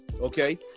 Okay